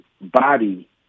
body